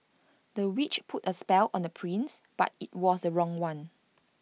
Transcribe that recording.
the witch put A spell on the prince but IT was the wrong one